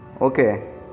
Okay